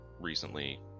recently